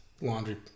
laundry